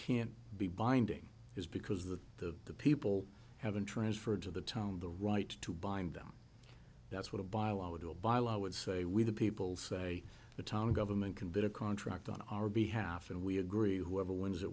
can't be binding is because the the the people have been transferred to the tone the right to bind them that's what a biological by law would say we the people say the town government can get a contract on our behalf and we agree whoever wins